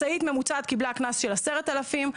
משאית ממוצעת קיבלה קנס של 10,000 שקלים.